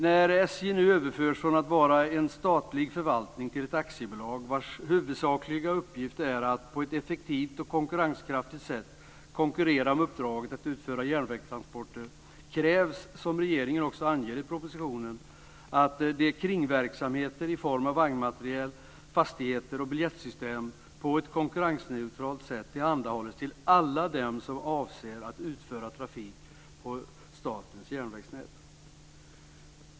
När SJ nu överförs från att vara en statlig förvaltning till att bli ett aktiebolag vars huvudsakliga uppgift är att på ett effektivt och konkurrenskraftigt sätt konkurrera om uppdraget att utföra järnvägstransporter krävs, som regeringen också anger i propositionen, att kringverksamheter i form av vagnmateriel, fastigheter och biljettsystem på ett konkurrensneutralt sätt tillhandahålls för alla dem som avser att utföra trafik på statens järnvägsnät.